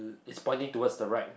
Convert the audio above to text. it's pointing towards the right